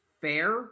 fair